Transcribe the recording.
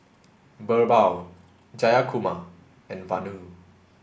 Birbal Jayakumar and Vanu